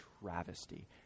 travesty